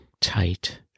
tight